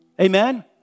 Amen